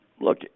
look